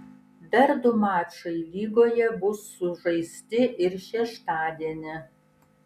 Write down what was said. dar du mačai lygoje bus sužaisti ir šeštadienį